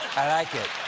i like it.